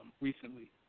recently